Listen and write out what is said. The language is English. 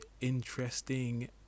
interesting